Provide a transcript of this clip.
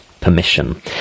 permission